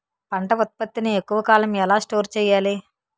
పంట ఉత్పత్తి ని ఎక్కువ కాలం ఎలా స్టోర్ చేయాలి?